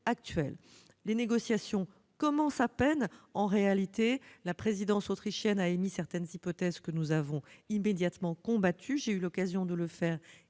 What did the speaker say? Les négociations commencent à peine. La présidence autrichienne a émis certaines hypothèses, que nous avons immédiatement combattues. J'ai eu l'occasion de le faire hier